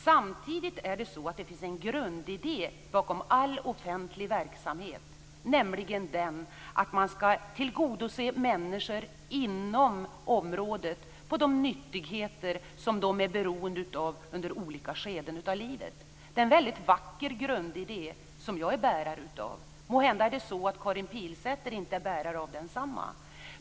Samtidigt är det så att det finns en grundidé bakom all offentlig verksamhet, nämligen den att man skall tillgodose människor inom området på de nyttigheter som de är beroende av under olika skeden av livet. Det är en väldigt vacker grundidé, som jag är bärare av. Måhända är det så att Karin Pilsäter inte är bärare av densamma.